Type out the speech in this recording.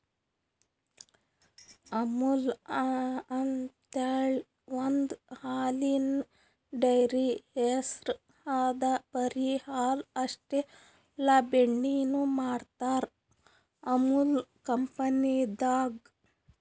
ಅಮುಲ್ ಅಂಥೇಳಿ ಒಂದ್ ಹಾಲಿನ್ ಡೈರಿ ಹೆಸ್ರ್ ಅದಾ ಬರಿ ಹಾಲ್ ಅಷ್ಟೇ ಅಲ್ಲ ಬೆಣ್ಣಿನು ಮಾಡ್ತರ್ ಅಮುಲ್ ಕಂಪನಿದಾಗ್